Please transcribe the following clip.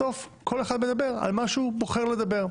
בסוף כל אחד מדבר על מה שהוא בוחר לדבר.